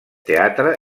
teatre